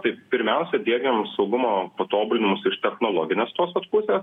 tai pirmiausia diegiam saugumo patobulinimus iš technologinės tos vat pusės